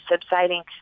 subsiding